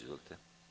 Izvolite.